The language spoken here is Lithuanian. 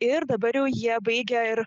ir dabar jau jie baigę ir